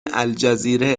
الجزیره